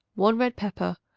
one red pepper,